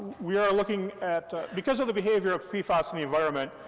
we are looking at, because of the behavior of pfas in the environment,